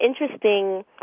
interesting